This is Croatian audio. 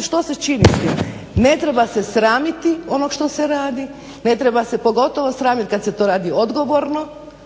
što se čini s time? Ne treba se sramiti onog što se radi, ne treba se pogotovo sramit kad se to radi odgovorno,